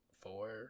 four